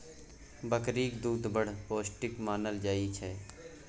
बकरीक दुध बड़ पौष्टिक मानल जाइ छै